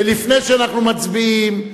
לפני שאנחנו מצביעים,